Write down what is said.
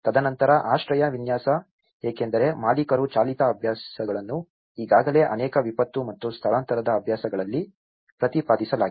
ತದನಂತರ ಆಶ್ರಯ ವಿನ್ಯಾಸ ಏಕೆಂದರೆ ಮಾಲೀಕರು ಚಾಲಿತ ಅಭ್ಯಾಸಗಳನ್ನು ಈಗಾಗಲೇ ಅನೇಕ ವಿಪತ್ತು ಮತ್ತು ಸ್ಥಳಾಂತರದ ಅಭ್ಯಾಸಗಳಲ್ಲಿ ಪ್ರತಿಪಾದಿಸಲಾಗಿದೆ